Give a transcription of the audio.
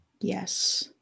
Yes